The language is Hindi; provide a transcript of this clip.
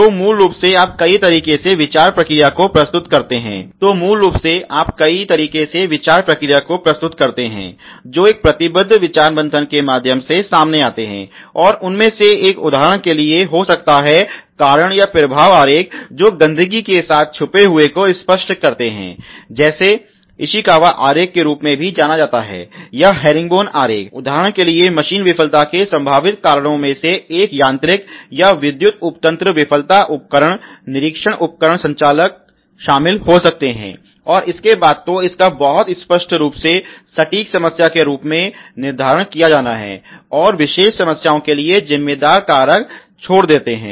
तो मूल रूप से आप कई तरीके से विचार प्रक्रिया को प्रस्तुत करते हैं जो एक प्रतिबद्ध विचार मंथन के माध्यम से सामने आते हैं और उनमें से एक उदाहरण के लिए हो सकता है कारण और प्रभाव आरेख जो गंदगी के साथ छुपे हुए को स्पष्ट करते हैं जिसे ईशिकावा आरेख के रूप में भी जाना जाता है या हेरिंगबोन आरेख उदाहरण के लिए मशीन विफलता के संभावित कारणों में एक यांत्रिक या विद्युत उपतंत्र विफलता उपकरण निरीक्षण उपकरण संचालक शामिल हो सकते हैं और इसके बाद तो इसका बहुत स्पष्ट रूप से सटीक समस्या के रूप में निर्धारित किया जाना है और विशेष समस्याओं के लिए जिम्मेदार कारक छोड़ देते हैं